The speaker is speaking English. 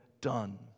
done